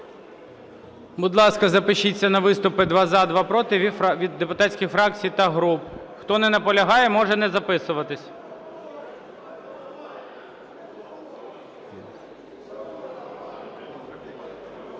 Будь ласка, запишіться на виступи: два – за, два – проти, від депутатських фракцій та груп. Хто не наполягає, може не записуватися.